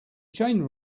chain